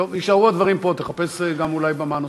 יישארו הדברים פה, ותחפש גם אולי במה נוספת.